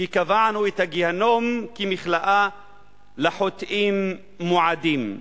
כי קבענו את הגיהינום כמכלאה לחוטאים מועדים.